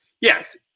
yes